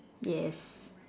yes